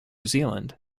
zealand